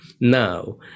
now